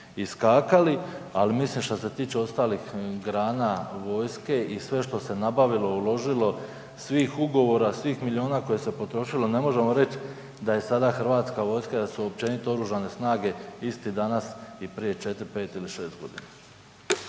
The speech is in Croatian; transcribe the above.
Ali mislim, što se tiče ostalih grana vojske i sve što se nabavilo, uložilo, svih ugovora, svih milijuna koji se potrošilo, ne možemo reći da je sada Hrvatska vojska, da su općenito Oružane snage iste danas i prije 4, 5 ili 6 godina.